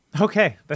Okay